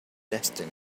destiny